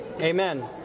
Amen